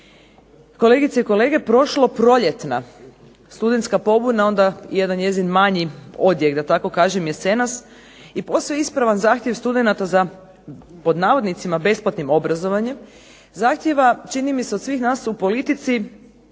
Kolegice i kolege, prošloproljetna studentska pobuna onda jedan njezin manji odjek da tako kažem jesenas, i posve ispravan zahtjev studenata za pod navodnicima besplatnim obrazovanjem zahtijeva čini mi se od svih nas u politici,